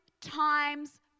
times